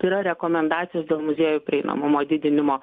tai yra rekomendacijos dėl muziejų prieinamumo didinimo